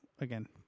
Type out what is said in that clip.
again